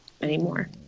anymore